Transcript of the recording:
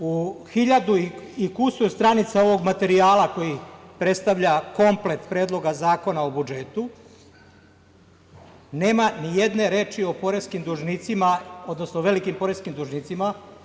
Drugo, u hiljadu i kusur stranica ovog materijala, koji predstavlja komplet Predlog zakona o budžetu, nema ni jedne reči o poreskim dužnicima, odnosno velikim poreskim dužnicima.